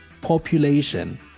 population